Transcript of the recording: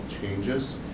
changes